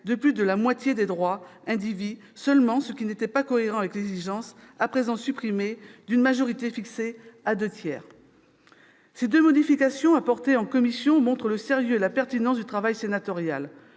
de plus de la moitié des droits indivis seulement, ce qui n'était pas cohérent avec l'exigence, à présent supprimée, d'une majorité fixée à deux tiers. Ces deux modifications apportées en commission montrent le sérieux et la pertinence du travail sénatorial.